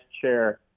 chair